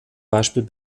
beispiel